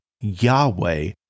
Yahweh